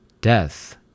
death